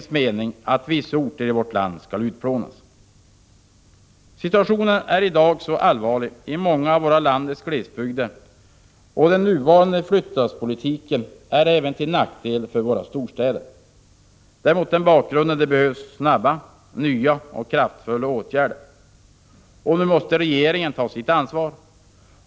Situationen är i dag allvarlig i många av landets glesbygder och den nuvarande flyttlasspolitiken är även till nackdel för våra storstäder. Det är mot den bakgrunden det behövs snabba, nya och kraftfulla åtgärder. Nu måste regeringen ta sitt ansvar.